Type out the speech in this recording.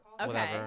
Okay